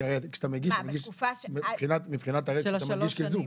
כי כשאתה מגיש, מבחינת הרי אתם מגישים כזוג.